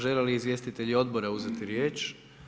Žele li izvjestitelji odbora uzeti riječ?